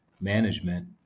management